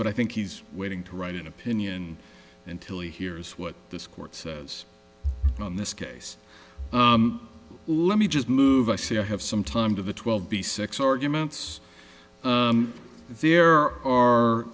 but i think he's waiting to write an opinion until he hears what this court says on this case let me just move i see i have some time to the twelve b six arguments there are